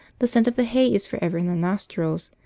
the scent of the hay is for ever in the nostrils,